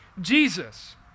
Jesus